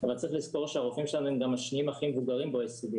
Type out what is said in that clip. אבל צריך לזכור שהרופאים שלנו הם גם השניים הכי מבוגרים ב-OECD.